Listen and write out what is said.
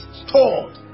stored